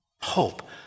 Hope